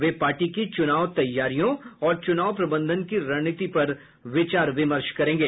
वे party की चुनाव तैयारियों और चूनाव प्रबंधन की रणनीति पर विचार विमर्श करेंगे